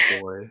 boy